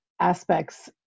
aspects